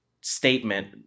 statement